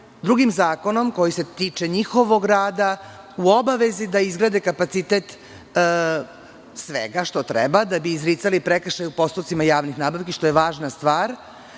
drugim zakonom, koji se tiče njihovog rada, u obavezi da izgrade kapacitet svega što treba da bi izricali prekršaje u postupcima javnih nabavki, što je važna stvar.